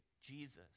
Jesus